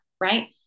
right